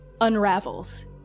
unravels